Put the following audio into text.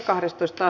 asia